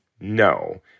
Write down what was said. No